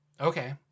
okay